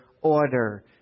order